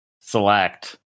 select